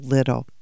Little